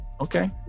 okay